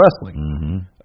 wrestling